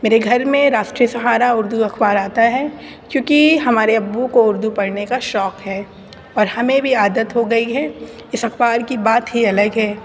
میرے گھر میں راشٹری سہارا اردو اخبار آتا ہے کیونکہ ہمارے ابو کو اردو پڑھنے کا شوق ہے اور ہمیں بھی عادت ہو گئی ہے اس اخبار کی بات ہی الگ ہے